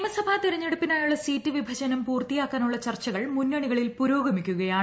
നിയമസഭാ തിരഞ്ഞെട്ടുപ്പിനായുള്ള സീറ്റ് വിഭജനം പൂർത്തിയാക്കാനുളള ചർച്ച്കൾ മുന്നണികളിൽ പുരോഗമിക്കുകയാണ്